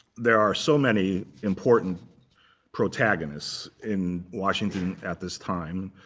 there are so many important protagonists in washington at this time.